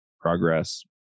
Progress